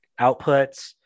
outputs